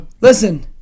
listen